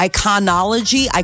Iconology